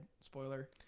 Spoiler